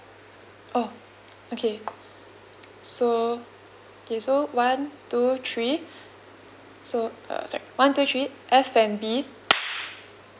oh okay so okay so one two three so uh a sec one two three F&B